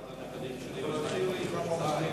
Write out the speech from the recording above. אדוני היושב-ראש,